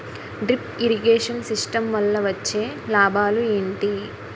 Drip irrigation system వల్ల వచ్చే లాభాలు ఏంటి?